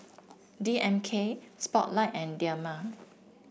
D M K Spotlight and Dilmah